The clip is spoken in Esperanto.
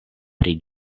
pri